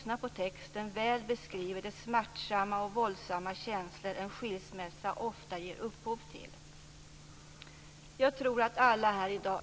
No more ace to play.